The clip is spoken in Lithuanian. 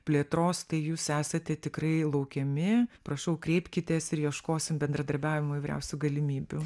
plėtros tai jūs esate tikrai laukiami prašau kreipkitės ir ieškosim bendradarbiavimo įvairiausių galimybių